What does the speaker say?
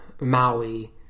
Maui